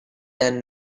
than